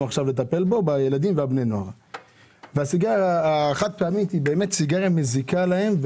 עכשיו לטפל בו כי הסיגריה החד פעמית באמת מזיקה להם.